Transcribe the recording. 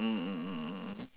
mm mm mm mm mm